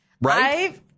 Right